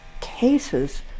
cases